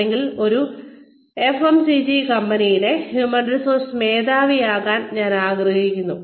അല്ലെങ്കിൽ ഒരു എഫ്എംസിജി കമ്പനിയിലെ ഹ്യൂമൻ റിസോഴ്സ് മേധാവിയാകാൻ ഞാൻ ആഗ്രഹിക്കുന്നു